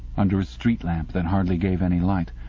under a street lamp that hardly gave any light.